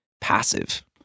passive